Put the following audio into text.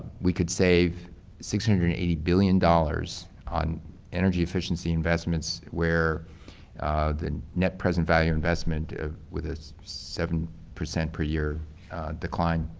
we could save six hundred and eighty billion dollars on energy efficiency investments where the net present value investment ah with a seven percent per year decline,